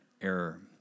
error